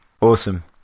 Awesome